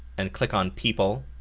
and click on people,